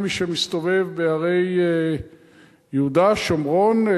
כל מי שמסתובב בהרי יהודה ושומרון,